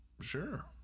sure